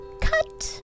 cut